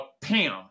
Pam